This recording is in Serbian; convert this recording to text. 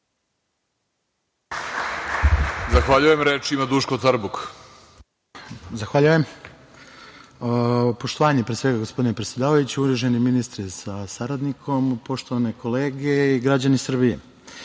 Tarbuk. **Duško Tarbuk** Zahvaljujem. Poštovanje, pre svega, gospodine predsedavajući, uvaženi ministre sa saradnikom, poštovane kolege i građani Srbije,